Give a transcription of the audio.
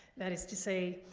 that is to say,